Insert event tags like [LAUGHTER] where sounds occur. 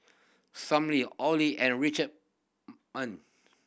[UNINTELLIGIBLE] Olie and Rich [UNINTELLIGIBLE]